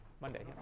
Monday